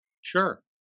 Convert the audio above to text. Sure